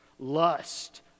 Lust